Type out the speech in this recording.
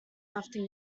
after